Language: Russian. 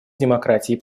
демократией